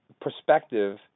perspective